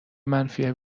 منفی